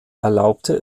erlaubte